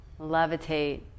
levitate